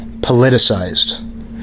politicized